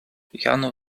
jano